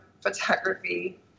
photography